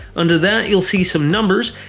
under that you'll see some numbers,